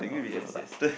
oh yes yes